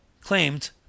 claimed